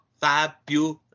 fabulous